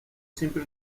siempre